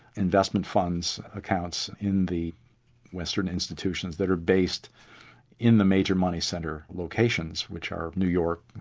investment funds accounts, in the western institutions that are based in the major money centre locations which are new york,